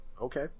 Okay